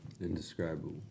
Indescribable